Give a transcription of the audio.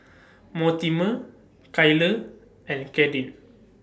Mortimer Kyler and Kadyn